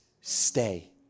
stay